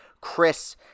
Chris